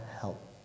help